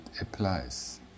applies